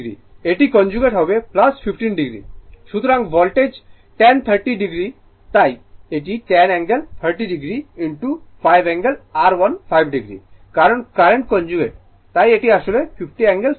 সুতরাং voltage 10 30 o তাই এটি 10 angle 30 o 5 angle R15 o কারণ কারেন্ট কনজুগেট তাই এটি আসলে 50 অ্যাঙ্গেল 45 o